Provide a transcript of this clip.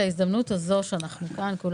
אני מנצלת את ההזדמנות שבה אנחנו כאן כולנו,